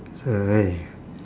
so right